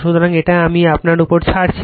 সুতরাং এটা আমি আপনার উপর ছাড়ছি